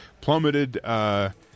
plummeted